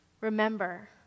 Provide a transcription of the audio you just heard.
Remember